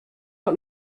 out